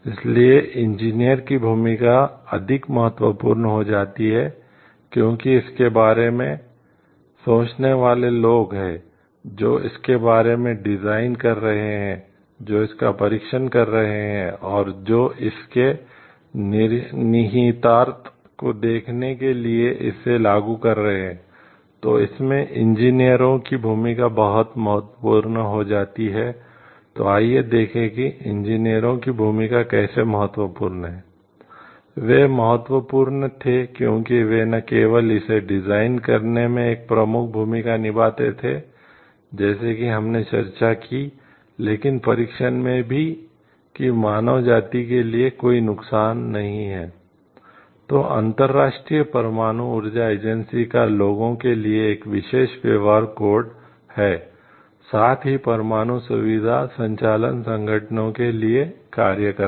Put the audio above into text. इसलिए इंजीनियर है साथ ही परमाणु सुविधा संचालन संगठनों के लिए कार्य करना